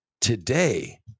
today